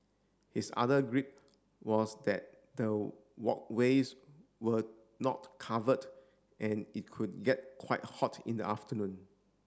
his other was that the walkways were not covered and it could get quite hot in the afternoon